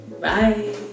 Bye